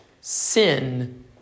sin